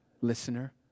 listener